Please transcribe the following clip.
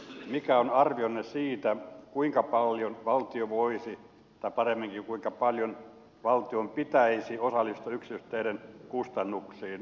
mikä on arvionne siitä kuinka paljon valtio voisi tai paremminkin kuinka paljon valtion pitäisi osallistua yksityisteiden kustannuksiin